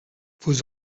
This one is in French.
vos